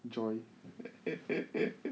joy